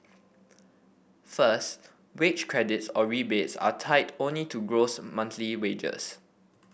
first wage credits or rebates are tied only to gross monthly wages